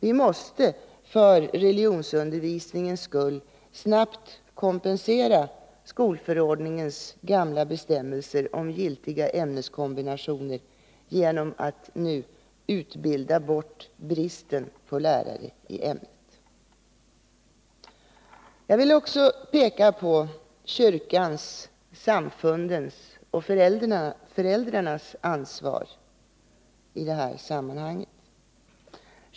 Vi måste för religionsundervisningens skull snabbt kompensera skolförordningens gamla bestämmelser om giltiga ämneskombinationer genom att nu utbilda bort bristen på lärare i ämnet. Jag vill också peka på kyrkans, samfundens och föräldrarnas ansvar i det här sammanhanget.